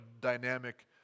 dynamic